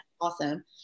awesome